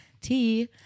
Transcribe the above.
Tea